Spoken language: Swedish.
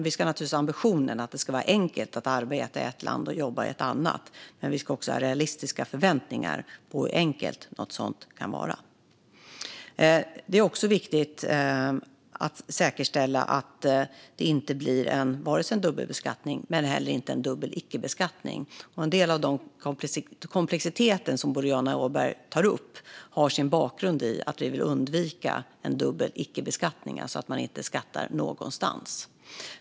Vi ska naturligtvis ha ambitionen att det ska vara enkelt att arbeta i ett land och bo i ett annat, men vi måste ändå ha realistiska förväntningar på det. Det är viktigt att säkerställa att det inte blir en dubbelbeskattning, men det får heller inte bli en dubbel icke-beskattning. En del av den komplexitet som Boriana Åberg tar upp har sin bakgrund i att vi vill undvika en dubbel icke-beskattning så att man inte skattar någonstans.